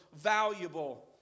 valuable